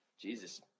Jesus